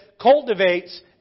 cultivates